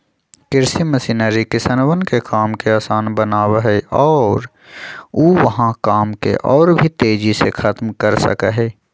कृषि मशीनरी किसनवन के काम के आसान बनावा हई और ऊ वहां काम के और भी तेजी से खत्म कर सका हई